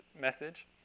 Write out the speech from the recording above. message